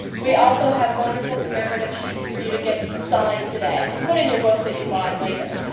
we also have wonderful commemorative sheets for you to get signed today to put in your book that you buy later.